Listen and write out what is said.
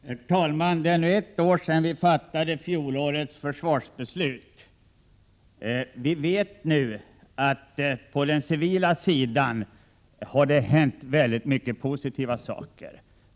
Herr talman! Det är nu ett år sedan vi fattade 1987 års försvarsbeslut. Vi har sett att det på den civila sidan har hänt många positiva saker.